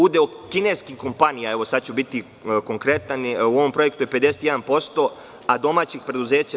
Udeo kineskih kompanija, sada ću biti konkretan, u ovom projektu je 51%, a domaćih preduzeća 49%